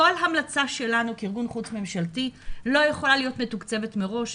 כל המלצה שלנו כארגון חוץ-ממשלתי לא יכולה להיות מתוקצבת מראש.